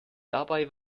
dabei